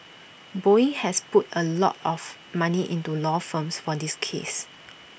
boeing has put A lot of money into law firms for this case